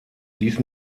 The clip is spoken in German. dies